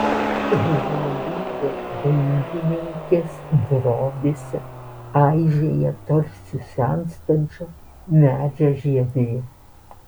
realybė dailininkės drobėse aižėja tarsi senstančio medžio žievė